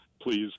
please